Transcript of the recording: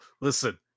Listen